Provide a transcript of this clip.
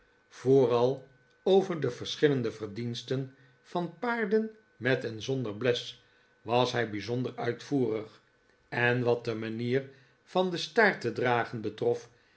vooral over de verschillende verdiensten van paarden met en zonder bles was hij bijzonder uitvoerig en wat de manier van den sfaart te dragen betrof